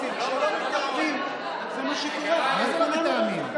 שלמה, אתה טועה, אתם לא מתואמים מה זה לא מתואמים?